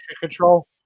control